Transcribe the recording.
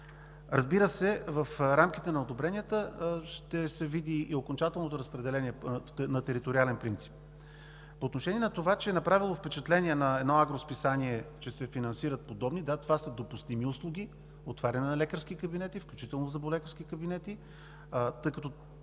кандидати. В рамките на одобренията ще се види окончателното разпределение на териториален принцип. По отношение на това, че е направило впечатление на едно агросписание, че се финансират подобни услуги – да, това са допустими услуги: отваряне на лекарски кабинети, включително зъболекарски кабинети, тъй като